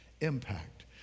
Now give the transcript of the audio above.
impact